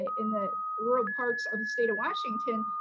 in the rural parts of the state of washington,